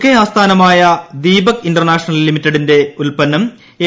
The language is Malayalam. കെ ആസ്ഥാനമായ ദീപക് ഇന്റർനാഷണൽ ലിമിറ്റഡിന്റെ ഉൽപന്നം എ